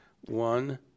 one